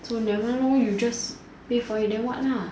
so nevermind lor you just pay for it then what lah